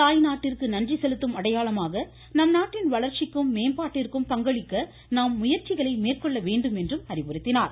தாய்நாட்டிற்கு நன்றி செலுத்தும் அடையாளமாக நம்நாட்டின் வளர்ச்சிக்கும் மேம்பாட்டிற்கும் பங்களிக்க நாம் முயற்சிகளை மேற்கொள்ள வேண்டும் என்றும் அறிவுறுத்தினார்